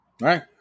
right